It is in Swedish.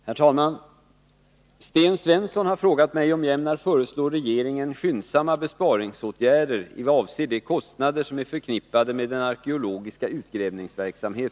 Herr talman! Sten Svensson har frågat mig om jag ämnar föreslå regeringen skyndsamma besparingsåtgärder i vad avser de kostnader som är förknippade med den arkeologiska utgrävningsverksamheten.